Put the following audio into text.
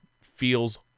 feels